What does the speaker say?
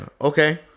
okay